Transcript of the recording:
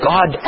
God